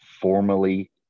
formally